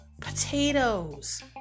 Potatoes